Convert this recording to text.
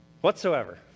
whatsoever